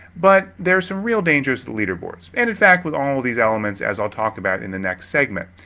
but, there are some real dangers to leaderboards, and in fact with all these elements as i'll talk about in the next segment.